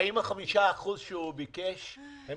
האם ה-5% שהוא ביקש הם